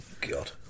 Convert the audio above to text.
God